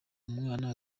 umwana